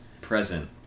present